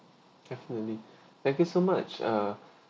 definitely thank you so much ah